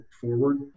forward